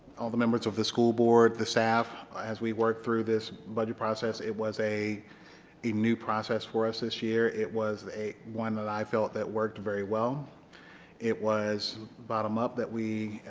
the members of the school board the staff as we work through this budget process it was a a new process for us this year it was a one that i felt that worked very well it was bottom-up that we,